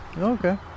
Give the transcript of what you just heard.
Okay